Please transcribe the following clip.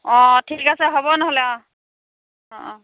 অ' ঠিক আছে হ'ব নহ'লে অ' অ' অ'